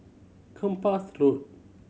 Kempas Road